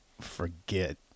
forget